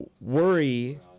worry